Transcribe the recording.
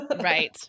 right